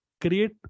create